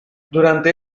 durante